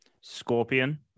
Scorpion